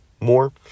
more